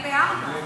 להיות.